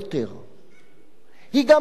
היא גם לא עומדת במבחן המציאות.